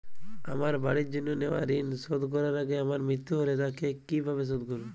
আমার বাড়ির জন্য নেওয়া ঋণ শোধ করার আগে আমার মৃত্যু হলে তা কে কিভাবে শোধ করবে?